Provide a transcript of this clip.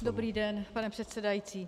Dobrý den, pane předsedající.